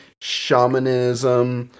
shamanism